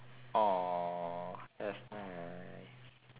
!aww! that's nice